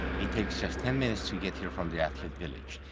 it takes just ten minutes to get here from the athlete village,